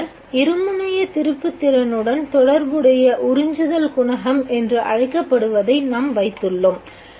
பின்னர் இருமுனையத் திருப்புத்திறனுடன் தொடர்புடைய உறிஞ்சுதல் குணகம் என்று அழைக்கப்படுவதை நாம் வைத்துள்ளோம்